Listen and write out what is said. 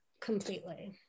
completely